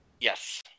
Yes